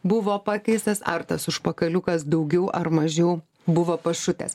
buvo pakeistas ar tas užpakaliukas daugiau ar mažiau buvo pašutęs